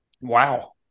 Wow